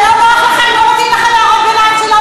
לא יהיה שום מצב של דיאלוגים כאלה.